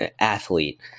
athlete